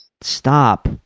Stop